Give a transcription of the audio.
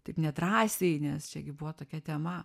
taip nedrąsiai nes čia gi buvo tokia tema